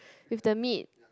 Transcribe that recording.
with the meat